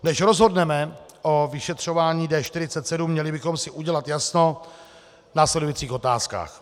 Než rozhodneme o vyšetřování D47, měli bychom si udělat jasno v následujících otázkách.